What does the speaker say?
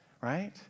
right